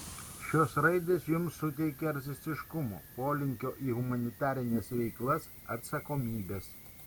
šios raidės jums suteikia artistiškumo polinkio į humanitarines veiklas atsakomybės